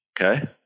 Okay